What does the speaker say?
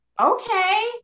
okay